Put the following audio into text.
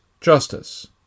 justice